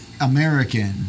American